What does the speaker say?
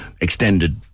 extended